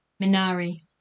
Minari